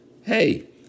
Hey